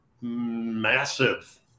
massive